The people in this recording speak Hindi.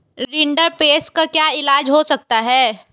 रिंडरपेस्ट का क्या इलाज हो सकता है